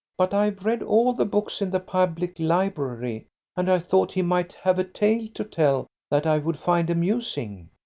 but i've read all the books in the public library and i thought he might have a tail to tell that i would find amusing.